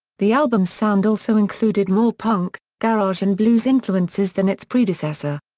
the album's sound also included more punk, garage and blues influences than its predecessor.